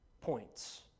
points